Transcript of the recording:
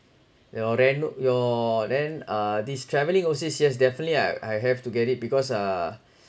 your rent your rent uh this travelling overseas yes definitely I I have to get it because uh